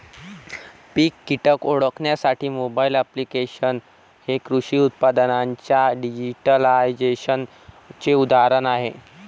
पीक कीटक ओळखण्यासाठी mobile applications हे कृषी उत्पादनांच्या डिजिटलायझेशनचे उदाहरण आहे